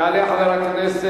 יעלה חבר הכנסת